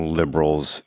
liberals